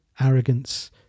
Arrogance